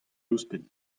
ouzhpenn